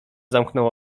zamknął